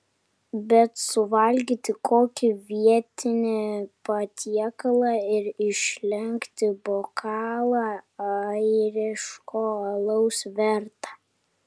bet suvalgyti kokį vietinį patiekalą ir išlenkti bokalą airiško alaus verta